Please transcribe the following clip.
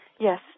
Yes